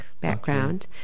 background